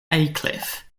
aycliffe